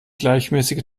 gleichmäßige